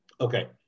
Okay